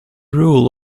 rule